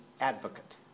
advocate